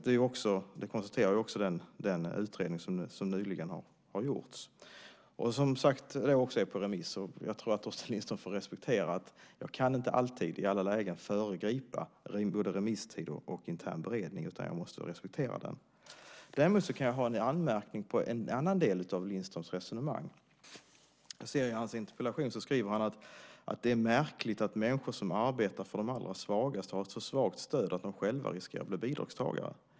Det konstaterar också den utredning som nyligen har gjorts och som, som sagt, också är på remiss. Jag tror att Torsten Lindström får respektera att jag inte alltid, i alla lägen, kan föregripa både remisstid och intern beredning. Jag måste respektera detta. Däremot kan jag ha en anmärkning på en annan del av Lindströms resonemang. I sin interpellation skriver han att det är märkligt att människor som arbetar för de allra svagaste har ett så svagt stöd att de själva riskerar att bli bidragstagare.